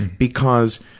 because,